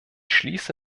schließe